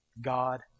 god